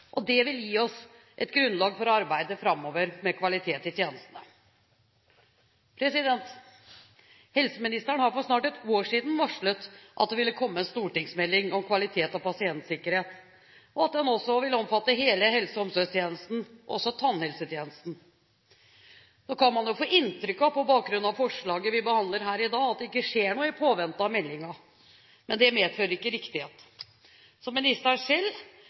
pasientopphold. Det vil gi oss et grunnlag for å arbeide framover med kvalitet i tjenestene. Helseministeren varslet for snart et år siden at det ville komme en stortingsmelding om kvalitet og pasientsikkerhet, og at den også ville omfatte hele helse- og omsorgstjenesten, også tannhelsetjenesten. Nå kan man få inntrykk av, på bakgrunn av forslaget vi behandler her i dag, at det ikke skjer noe i påvente av meldingen, men det medfører ikke riktighet. Som ministeren selv